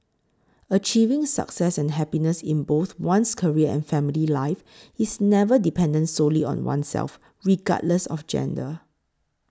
achieving success and happiness in both one's career and family life is never dependent solely on oneself regardless of gender